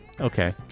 Okay